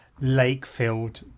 lake-filled